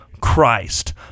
christ